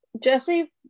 jesse